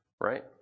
Right